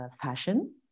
fashion